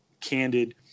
candid